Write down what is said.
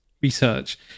research